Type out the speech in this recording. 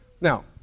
Now